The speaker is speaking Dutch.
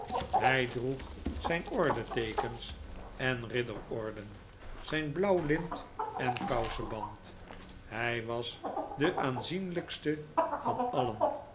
hij droeg zijn ordeketens en ridderorden zijn blauw lint en kouseband hij was de aanzienlijkste van alien